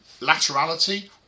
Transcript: laterality